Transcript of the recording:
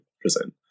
present